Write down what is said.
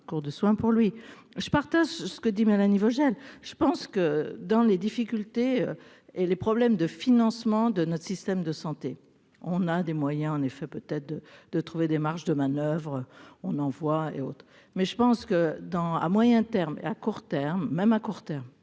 je partage ce que dit Mélanie Vogel, je pense que dans les difficultés et les problèmes de financement de notre système de santé, on a des moyens en effet peut-être de, de trouver des marges de manoeuvre, on envoie et autres, mais je pense que dans à moyen terme, à court terme, même à court terme,